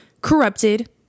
corrupted